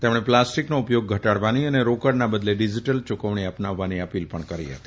તેમણે પ્લાસ્ટિકનો ઉપયોગ ઘટાડવાની અને રોકડના બદલે ડીજીટલ યૂકવણી અપનાવવાની અપીલ પણ કરી હતી